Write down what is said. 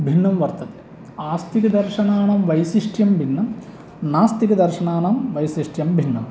भिन्नं वर्तते आस्तिकदर्शनानां वैशिष्ठ्यं भिन्नं नास्तिकदर्शनानां वैशिष्ट्यं भिन्नम्